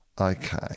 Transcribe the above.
Okay